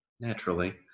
Naturally